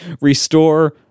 restore